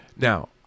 Now